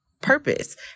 purpose